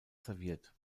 serviert